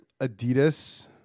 Adidas